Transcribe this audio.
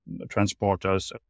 transporters